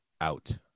Out